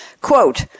Quote